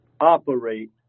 operate